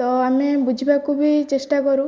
ତ ଆମେ ବୁଝିବାକୁ ବି ଚେଷ୍ଟା କରୁ